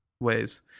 Ways